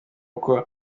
uko